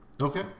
Okay